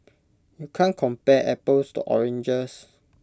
you can't compare apples to oranges